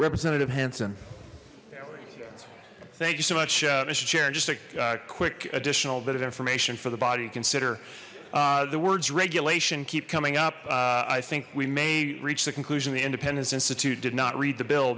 representative hansen thank you so much mister chair in just a quick additional bit of information for the body to consider the words regulation keep coming up i think we may reach the conclusion the independence institute did not read the bill